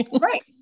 right